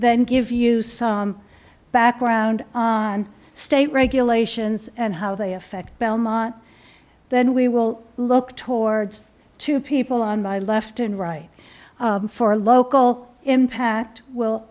then give you some background on state regulations and how they affect belmont then we will look towards two people on my left and right for local impact w